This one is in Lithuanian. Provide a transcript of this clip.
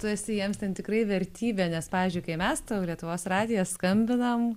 tu esi jiems ten tikrai vertybė nes pavyzdžiui kai mes tau lietuvos radijas skambinam